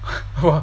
我